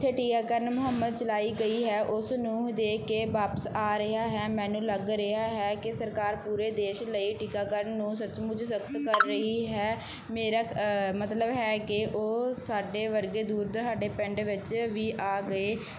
ਉੱਥੇ ਟੀਕਾਕਰਨ ਮੁਹੰਮ ਚਲਾਈ ਗਈ ਹੈ ਉਸਨੂੰ ਦੇਖ ਕੇ ਵਾਪਸ ਆ ਰਿਹਾ ਹੈ ਮੈਨੂੰ ਲੱਗ ਰਿਹਾ ਹੈ ਕਿ ਸਰਕਾਰ ਪੂਰੇ ਦੇਸ਼ ਲਈ ਟੀਕਾਕਰਨ ਨੂੰ ਸੱਚਮੁੱਚ ਸਖ਼ਤ ਕਰ ਰਹੀ ਹੈ ਮੇਰਾ ਮਤਲਬ ਹੈ ਕਿ ਉਹ ਸਾਡੇ ਵਰਗੇ ਦੂਰ ਦੁਹਾਡੇ ਪਿੰਡ ਵਿੱਚ ਵੀ ਆ ਗਏ